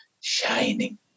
shining